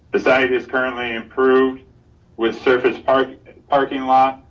the site is currently improved with surface parking and parking lot,